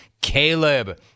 Caleb